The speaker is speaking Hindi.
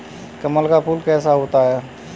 कमल का फूल कैसा होता है?